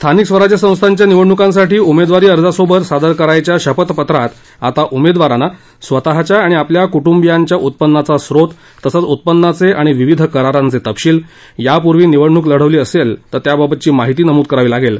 स्थानिक स्वराज्य संस्थांच्या निवडणुकांसाठी उमेदवारी अर्जासोबत सादर करायच्या शपथपत्रात आता उमेदवारांना स्वतच्या आणि आपल्या कुटुंबियांच्या उत्पन्नाचा स्रोत तसंच उत्पन्नाचे आणि विविध करारांचे तपशील यापूर्वी निवडणूक लढवली असल्यास त्याबाबतची माहिती नमूद करावी लागेल